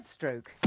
stroke